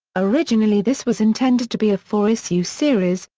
originally this was intended to be a four issue series,